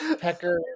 pecker